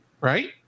right